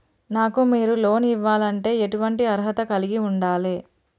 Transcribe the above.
నాకు మీరు లోన్ ఇవ్వాలంటే ఎటువంటి అర్హత కలిగి వుండాలే?